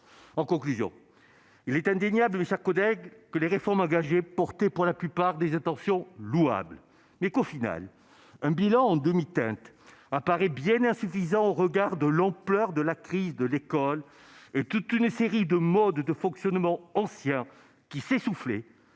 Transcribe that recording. En conclusion, il est indéniable que les réformes engagées partaient pour la plupart d'intentions louables. Mais, finalement, le bilan, en demi-teinte, apparaît bien insuffisant au regard de l'ampleur de la crise de l'école et de toute une série de modes de fonctionnement anciens, qui s'essoufflaient,